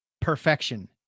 Perfection